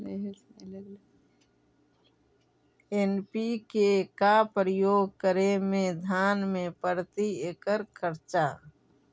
NPK का प्रयोग करे मे धान मे प्रती एकड़ खर्चा?